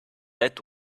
let